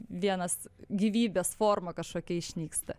vienas gyvybės forma kažkokia išnyksta